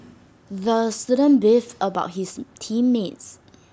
the student beefed about his team mates